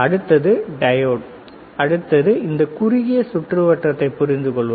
அடுத்தது டையோடு அடுத்தது இந்த குறுகிய சுற்றுவட்டத்தைப் புரிந்துகொள்வது